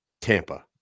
Tampa